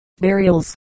burials